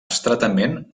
estretament